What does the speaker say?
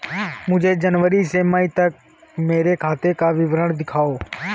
मुझे जनवरी से मई तक मेरे खाते का विवरण दिखाओ?